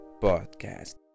podcast